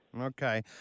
Okay